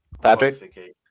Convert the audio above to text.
patrick